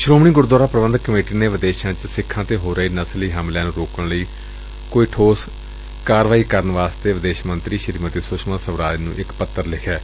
Shiromani Gurdwara Prabandhak committee ਨੇ ਵਿਦੇਸ਼ਾ ਚ ਸਿੱਖਾ ਤੇ ਹੋ ਰਹੇ ਨਸਲੀ ਹਮਲਿਆਂ ਨੂੰ ਰੋਕਣ ਸਬੰਧੀ ਠੋਸ ਕਾਰਵਾਈ ਕਰਨ ਲਈ ਵਿਦੇਸ਼ ਮੰਤਰੀ ਸ੍ਰੀਮਤੀ ਸੁਸ਼ਮਾ ਸਵਰਾਜ ਨੂੰ ਇਕ ਪੱਤਰ ਲਿੱਖਿਐ